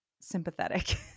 sympathetic